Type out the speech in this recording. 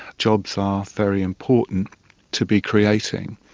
jobs are very important to be creating,